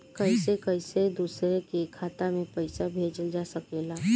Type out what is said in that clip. कईसे कईसे दूसरे के खाता में पईसा भेजल जा सकेला?